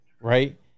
Right